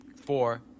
Four